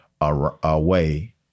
away